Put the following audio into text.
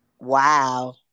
Wow